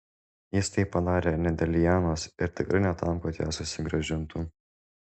jis tai padarė ne dėl lianos ir tikrai ne tam kad ją susigrąžintų